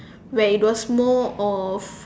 where it was more of